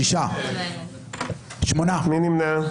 מי נמנע?